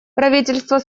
правительство